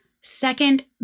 Second